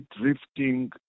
drifting